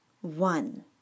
One